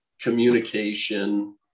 communication